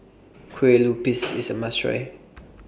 Kue Lupis IS A must Try